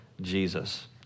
Jesus